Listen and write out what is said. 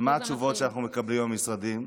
ומה התשובות שאנחנו מקבלים מהמשרדים?